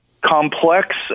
complex